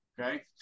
Okay